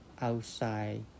outside